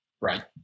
right